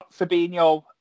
Fabinho